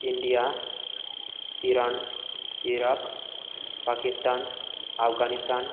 India Iran Iraq Pakistan Afghanistan